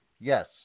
yes